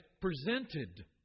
presented